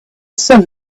sun